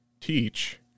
teach